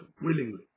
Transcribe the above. willingly